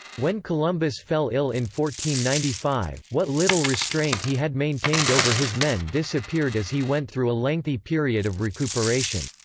when columbus fell ill in ninety five, what little restraint he had maintained over his men disappeared as he went through a lengthy period of recuperation.